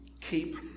keep